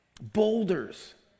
boulders